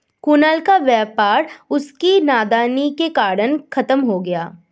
कुणाल का व्यापार उसकी नादानी के कारण खत्म हो गया